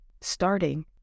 starting